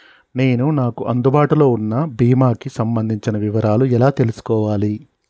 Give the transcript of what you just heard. నేను నాకు అందుబాటులో ఉన్న బీమా కి సంబంధించిన వివరాలు ఎలా తెలుసుకోవాలి?